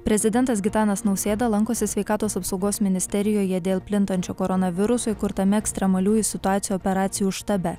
prezidentas gitanas nausėda lankosi sveikatos apsaugos ministerijoje dėl plintančio koronaviruso įkurtame ekstremaliųjų situacijų operacijų štabe